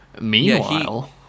Meanwhile